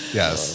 yes